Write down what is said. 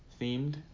themed